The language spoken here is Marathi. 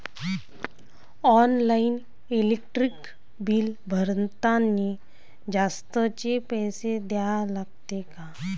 ऑनलाईन इलेक्ट्रिक बिल भरतानी जास्तचे पैसे द्या लागते का?